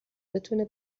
بتونه